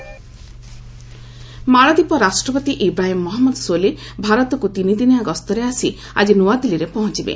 ମାଲଦ୍ୱୀପ୍ ପ୍ରେକ୍ ମାଳଦ୍ୱୀପ ରାଷ୍ଟ୍ରପତି ଇବ୍ରାହିମ୍ ମହମ୍ମଦ ସୋଲୀ ଭାରତକୁ ତିନିଦିନିଆ ଗସ୍ତରେ ଆସି ଆଜି ନୂଆଦିଲ୍ଲୀରେ ପହଞ୍ଚବେ